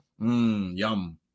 yum